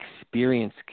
experience